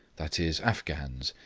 that is, afghans,